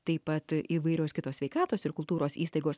taip pat įvairios kitos sveikatos ir kultūros įstaigos